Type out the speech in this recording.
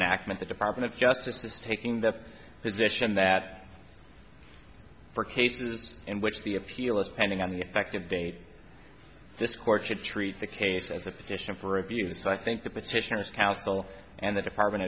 enactment the department of justice is taking the position that for cases in which the appeal is pending on the effective date this court should treat the case as a petition for abuse i think the petitioners council and the department